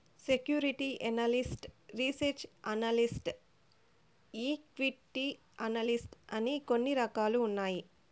security analyst research analyst equity analyst అని కొన్ని రకాలు ఉన్నాయి